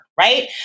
Right